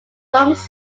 forms